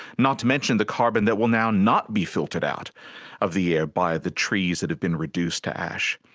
not to mention the carbon that will now not be filtered out of the air by the trees that have been reduced to ash.